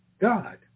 God